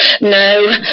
No